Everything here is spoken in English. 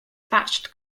thatched